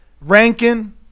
Rankin